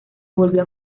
volvió